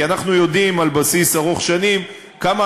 כי אנחנו יודעים על בסיס ארוך שנים כמה